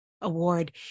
Award